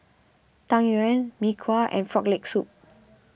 Tang Yuen Mee Kuah and Frog Leg Soup